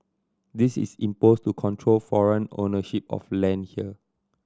this is imposed to control foreign ownership of land here